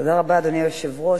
אדוני היושב-ראש,